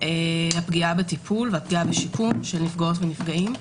- הפגיעה בטיפול ובשיקום של נפגעות ונפגעים.